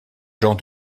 gens